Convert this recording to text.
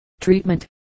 Treatment